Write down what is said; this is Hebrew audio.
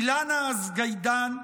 אילנה אזגדיאן,